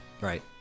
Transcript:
right